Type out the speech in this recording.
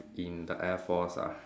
in the air force ah